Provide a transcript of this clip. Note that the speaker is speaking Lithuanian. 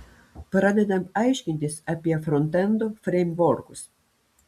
pradedam aiškintis apie frontendo freimvorkus